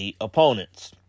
opponents